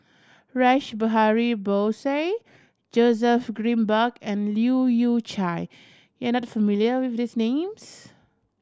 Rash Behari Bose Joseph Grimberg and Leu Yew Chye you are not familiar with these names